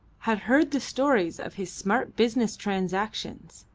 had heard the stories of his smart business transactions,